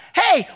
hey